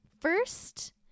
First